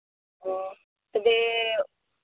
ᱦᱮᱸ ᱛᱚᱵᱮ